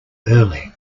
early